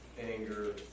anger